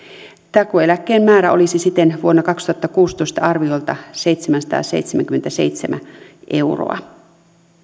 takuueläkkeen määrä olisi siten vuonna kaksituhattakuusitoista arviolta seitsemänsataaseitsemänkymmentäseitsemän euroa